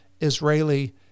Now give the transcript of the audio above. Israeli